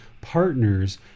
partners